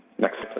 next